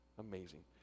amazing